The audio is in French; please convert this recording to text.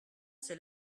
c’est